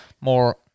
more